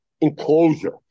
enclosure